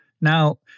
Now